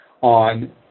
on